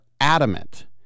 adamant